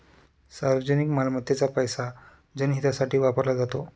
सार्वजनिक मालमत्तेचा पैसा जनहितासाठी वापरला जातो